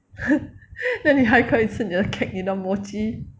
then 你还还可以吃你的 cake 你的 mochi